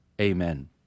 Amen